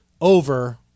over